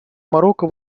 марокко